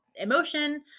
emotion